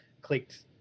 clicked